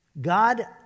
God